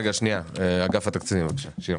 אגף התקציבים, בבקשה.